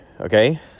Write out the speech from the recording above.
Okay